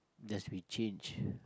just we change